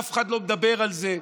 אף אחד לא מדבר על זה.